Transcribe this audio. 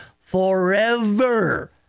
forever